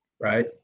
right